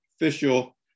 official